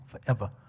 forever